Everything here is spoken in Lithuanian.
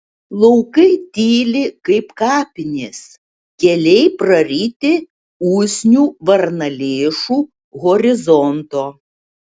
laukai tyli kaip kapinės keliai praryti usnių varnalėšų horizonto